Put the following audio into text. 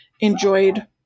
enjoyed